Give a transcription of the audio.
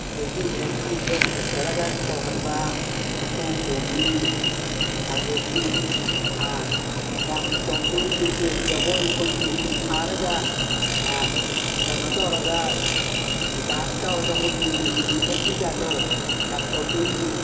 ꯐꯦꯟꯁꯤ ꯗ꯭ꯔꯦꯁꯀꯤ ꯗ꯭ꯔꯦꯁꯀ ꯁꯦꯠꯂꯒ ꯇꯧꯍꯟꯕ ꯆꯐꯨ ꯄꯨꯕꯤ ꯑꯗꯒꯤ ꯌꯥꯝ ꯇꯧꯗꯣꯔꯤ ꯏꯆꯦ ꯖꯒꯣꯏ ꯑꯩꯈꯣꯏ ꯃ꯭ꯌꯨꯖꯤꯛ ꯊꯥꯔꯒ ꯀꯩꯅꯣ ꯇꯧꯔꯒ ꯗꯥꯟꯁ ꯇꯧꯔꯒ ꯃꯣꯏꯒꯤ ꯃ꯭ꯌꯨꯖꯤꯛ ꯃꯨꯊꯠꯄꯤꯒꯗꯣ ꯌꯥꯝ ꯇꯧꯗꯣꯔꯤꯌꯦ